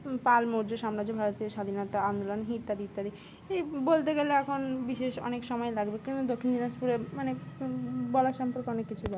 পাল মৌর্য সাম্রাজ্য ভারতীয় স্বাধীনতা আন্দোলন ইত্যাদি ইত্যাদি এই বলতে গেলে এখন বিশেষ অনেক সময় লাগবে কিন্তু দক্ষিণ দিনাজপুরে মানে বলার সম্পর্কে অনেক কিছু